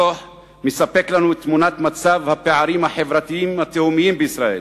הדוח מספק לנו את תמונת מצב הפערים החברתיים התהומיים בישראל,